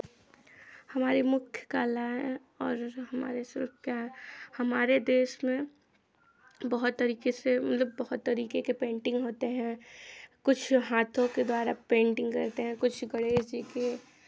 हमारे मुख्य कला और हमारे संस्कार हमारे देश में बहुत तरीके से मतलब बहुत तरीके के पेंटिंग होते हैं कुछ हाथों के द्वारा पेंटिंग करते हैं कुछ गणेश जी के